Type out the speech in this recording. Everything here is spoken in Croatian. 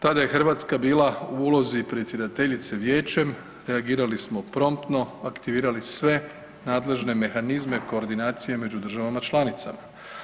Tada je Hrvatska bila u ulozi predsjedateljice Vijećem, reagirali smo promptno, aktivirali sve nadležne mehanizme koordinacije među državama članicama.